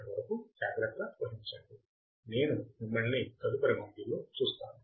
అప్పటి వరకు జాగ్రత్త వహించండి నేను మిమ్మల్ని తదుపరి మాడ్యూల్లో చూస్తాను